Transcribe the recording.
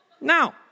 Now